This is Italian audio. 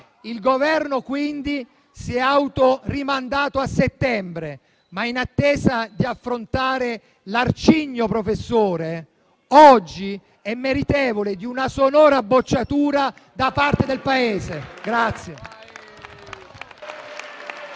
e, quindi, si è autorimandato a settembre. In attesa di affrontare l'arcigno professore, oggi però è meritevole di una sonora bocciatura da parte del Paese.